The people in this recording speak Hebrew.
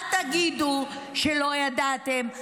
אל תגידו שלא ידעתם.